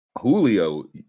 Julio